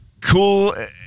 cool